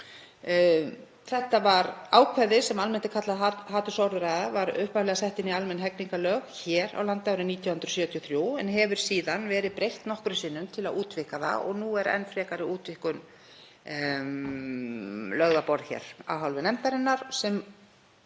að sækja. Ákvæði sem almennt er kallað hatursorðræða var upphaflega sett inn í almenn hegningarlög hér á landi árið 1973 en hefur síðan verið breytt nokkrum sinnum til að útvíkka það og nú er enn frekari útvíkkun lögð á borð hér af hálfu nefndarinnar sem